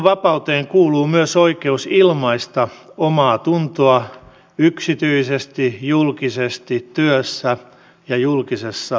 omantunnonvapauteen kuuluu myös oikeus ilmaista omaatuntoa yksityisesti julkisesti työssä ja julkisessa virassa